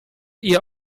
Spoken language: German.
ihr